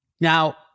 Now